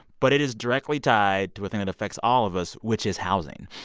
but it is directly tied to a thing that affects all of us, which is housing.